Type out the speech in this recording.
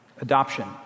adoption